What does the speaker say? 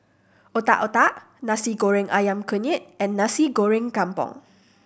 Otak Otak Nasi Goreng Ayam Kunyit and Nasi Goreng Kampung